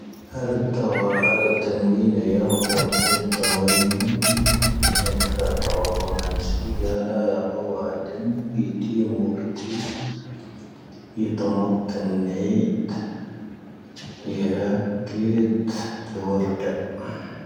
ⵀⴰⵔⴰⴷ-ⴷ'ⴰⵡⵀⴰ, ⵀⴰⵔⴰⴷ-ⴷ'ⴰⵏⵡⵉⵏⴰ ⵢⴰ'ⴰⴷ-ⴷ'ⴰⵜ-ⵜ'ⴰⵜ-ⵜ'ⴰⵡⴰⵏⵉ,. ⵏ'ⵀⴻⵉⵏ ⵀⴰⵔⴰⴷ-ⴷ'ⴰⵔ-ⵔoⵎⴰⵏⵙⵉ ⴳⴰⵏⴰ ⵢⴰ'ⴰⵡⴰⴷ-ⴷ'ⵎⵎⴻ-ⵜ'ⵢⵉⵎⵓⵔ-ⵍⵉⵏ,. ⵉ-ⵜ'ⴰⵎⴰⵜ-ⵜ'ⵏ-ⵏ'ⵢⵉⴷ, ⵉ-ⵀⴰⵇ-ⵜ'ⵉⵜ-ⴷ'ⵡⴰⵔⴷ-ⵜ'ⴰ.